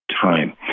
time